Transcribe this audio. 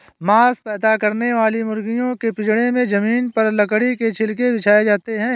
मांस पैदा करने वाली मुर्गियों के पिजड़े में जमीन पर लकड़ी के छिलके बिछाए जाते है